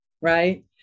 right